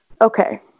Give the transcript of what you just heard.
Okay